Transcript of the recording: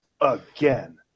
again